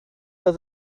oedd